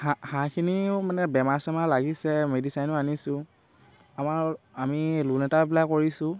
হাঁহ হাঁহখিনিও মানে বেমাৰ চেমাৰ লাগিছে মেডিচিনো আনিছোঁ আমাৰ আমি লোন এটা এপ্পলাই কৰিছোঁ